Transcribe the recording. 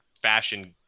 fashion